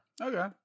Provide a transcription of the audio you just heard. Okay